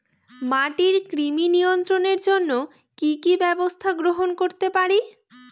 মাটির কৃমি নিয়ন্ত্রণের জন্য কি কি ব্যবস্থা গ্রহণ করতে পারি?